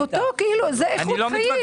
זה איכות חיים.